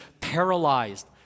paralyzed